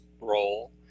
role